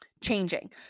changing